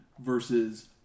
versus